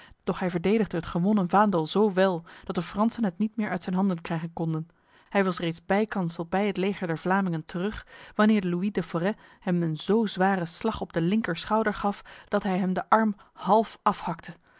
hij verdedigde het gewonnen vaandel zo wel dat de fransen het niet meer uit zijn handen krijgen konden hij was reeds bijkans tot bij het leger der vlamingen terug wanneer louis de forest hem een zo zware slag op de linkerschouder gaf dat hij hem de arm half afhakte